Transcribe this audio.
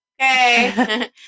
okay